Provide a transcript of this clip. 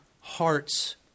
hearts